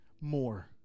more